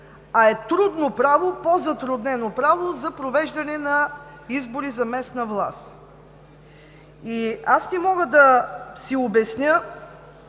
а е трудно право, по-затруднено право за провеждане на избори за местна власт? Аз не мога да си обясня